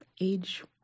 age